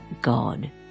God